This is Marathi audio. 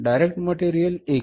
डायरेक्ट मटेरियल रु